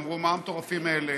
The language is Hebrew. אמרו: מה המטורפים האלה